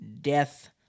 Death